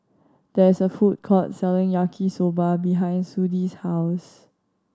there is a food court selling Yaki Soba behind Sudie's house